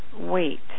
wait